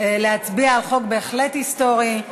להצביע על חוק בהחלט היסטורי,